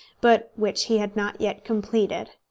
but which he had not yet completed.